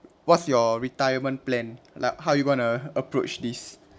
what's your retirement plan like how you're going to approach this